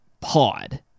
pod